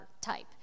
type